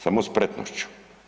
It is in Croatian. Samo spretnošću.